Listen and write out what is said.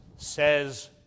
says